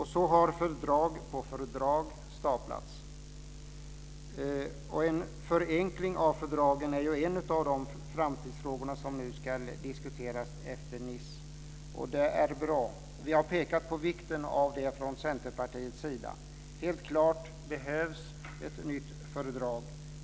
Så har fördrag på fördrag staplats. En förenkling av fördragen är ju en av de framtidsfrågor som nu ska diskuteras efter Nice och det är bra. Vi i Centerpartiet har pekat på vikten av detta. Helt klart behövs det ett nytt fördrag.